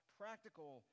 practical